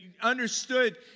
understood